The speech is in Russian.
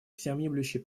всеобъемлющий